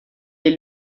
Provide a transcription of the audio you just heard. est